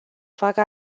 facă